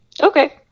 Okay